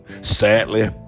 Sadly